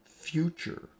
future